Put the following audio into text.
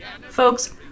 Folks